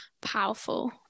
powerful